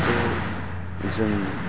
जों